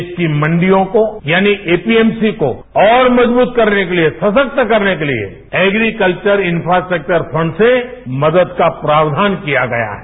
देश की मंडियों को यानि एपीएमसी को और मजबूत करने के लिए सशक्त करने के लिए एप्रीकल्वर इंफ्रास्ट्रक्वर फंड से मदद का प्रावधान किया गया है